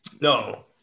no